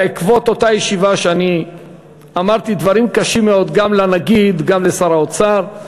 בעקבות אותה ישיבה שבה אמרתי דברים קשים מאוד גם לנגיד וגם לשר האוצר.